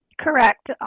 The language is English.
Correct